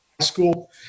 School